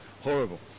Horrible